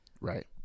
Right